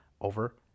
over